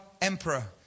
emperor